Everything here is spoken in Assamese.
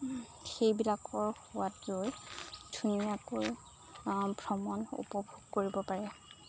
সেইবিলাকৰ সোৱাদ লৈ ধুনীয়াকৈ ভ্ৰমণ উপভোগ কৰিব পাৰে